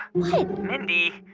what? mindy,